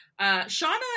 Shauna